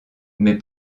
mais